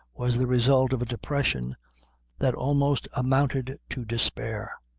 was the result of a depression that almost amounted to despair.